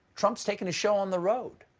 trump's taking his show on the road.